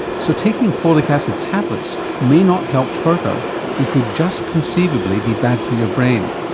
so taking folic acid tablets may not help further and could just conceivably be bad for your brain.